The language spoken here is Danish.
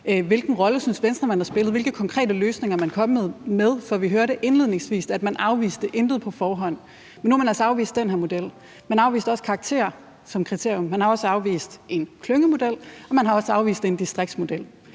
Hvilken rolle synes Venstre man har spillet? Hvilke konkrete løsninger er man kommet med? For vi hørte indledningsvis, at man ikke afviste noget på forhånd. Men nu har man altså afvist den her model. Man afviste også karakterer som kriterium; man har også afvist en klyngemodel; og man har også afvist en distriktsmodel.